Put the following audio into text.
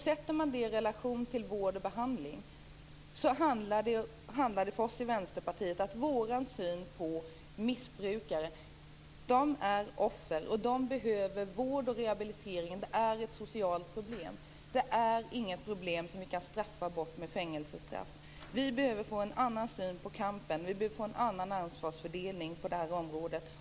Sätter man detta i relation till vård och behandling handlar det för oss i Vänsterpartiet om att vår syn på missbrukare är att de är offer, som behöver vård och rehabilitering. Detta är ett socialt problem, och inget problem som vi kan straffa bort med fängelsestraff. Det behövs en annan syn på kampen, och en annan ansvarsfördelning på detta område.